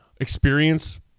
experience